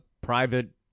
private –